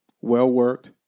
well-worked